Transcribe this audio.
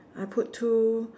I put two